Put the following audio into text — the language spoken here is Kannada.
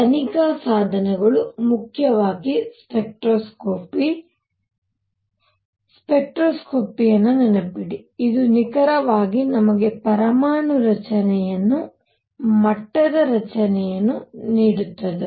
ತನಿಖೆಯ ಸಾಧನಗಳು ಮುಖ್ಯವಾಗಿ ಸ್ಪೆಕ್ಟ್ರೋಸ್ಕೋಪಿ ಸ್ಪೆಕ್ಟ್ರೋಸ್ಕೋಪಿ ನೆನಪಿಡಿ ಇದು ನಿಖರವಾಗಿ ನಮಗೆ ಪರಮಾಣು ರಚನೆಯನ್ನು ಮಟ್ಟದ ರಚನೆಯನ್ನು ನೀಡಿತು